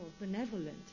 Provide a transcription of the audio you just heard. benevolent